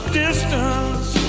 distance